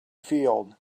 field